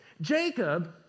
Jacob